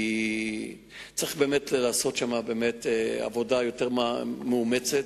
וצריך לעשות שם עבודה יותר מאומצת,